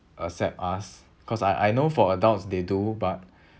accept us cause I I know for adults they do but